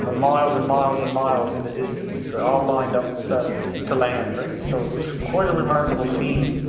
and miles and miles and miles in the distance, all lined up to land. so it was quite a remarkable scene